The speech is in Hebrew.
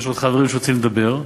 ויש עוד חברים שרוצים לדבר,